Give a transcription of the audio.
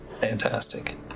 Fantastic